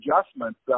adjustments